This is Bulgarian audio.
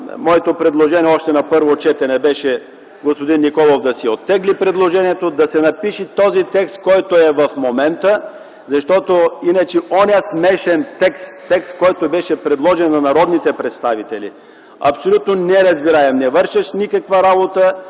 Моето предложение още на първо четене беше господин Николов да си оттегли предложението, да се напише този текст, който е в момента, защото иначе онзи смешен текст, текстът, който беше предложен на народните представители, беше абсолютно неразбираем, не вършеше никаква работа,